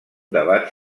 debat